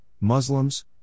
Muslims